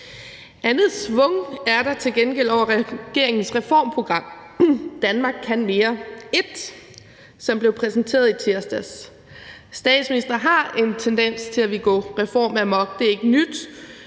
Andet schwung er der til gengæld over regeringens reformprogram »Danmark Kan Mere I«, som blev præsenteret i tirsdags. Statsministre har en tendens til at ville gå reformamok, det er ikke nyt,